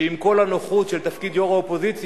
שעם כל הנוחות של תפקיד יו"ר האופוזיציה,